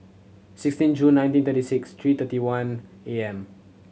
sixteen June nineteen thirty six three thirty one A M